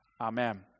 Amen